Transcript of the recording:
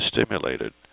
stimulated